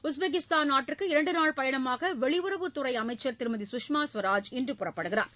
Uzbekistan நாட்டிற்கு இரண்டு நாள் பயணமாக வெளியுறவுத்துறை அமைச்சா் திருமதி சுஷ்மா சுவராஜ் இன்று புறப்படுகிறார்